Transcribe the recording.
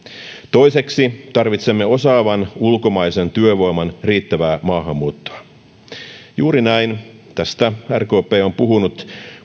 toiseksi tarvitsemme osaavan ulkomaisen työvoiman riittävää maahanmuuttoa juuri näin tästä rkp on puhunut